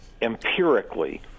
empirically